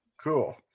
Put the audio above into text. Cool